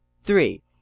Three